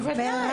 בוודאי.